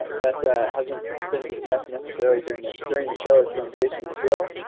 that hasn't been discussed necessarily during the during the show is from jason thrill.